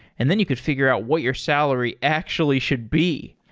and then you could figure out what your salary actually should be.